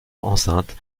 enceinte